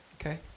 Okay